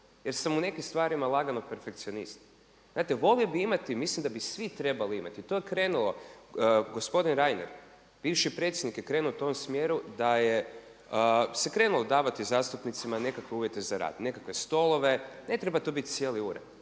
jer sam u nekim stvarima lagano perfekcionist. Gledajte volio bih imati, mislim da bi svi trebali imati, to je krenulo gospodin Reiner, bivši predsjednik je krenuo u tom smjeru da se krenulo davati zastupnicima nekakve uvjete za rad, nekakve stolove. Ne treba to biti cijeli ured,